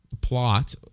plot